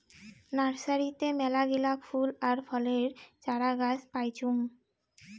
নার্সারিতে মেলাগিলা ফুল আর ফলের চারাগাছ পাইচুঙ